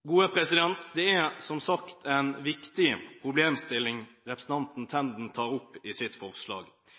Det er som sagt en viktig problemstilling representanten